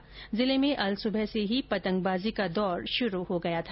वहीं जिर्ले में अल सुबह से ही पतंगबाजी का दौर शुरू हो गया है